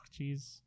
jeez